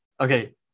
okay